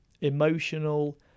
emotional